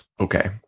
Okay